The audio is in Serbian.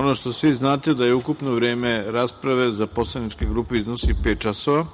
ono što svi znate da ukupno vreme rasprave za poslaničke grupe iznosi pet časova,